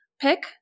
pick